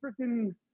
freaking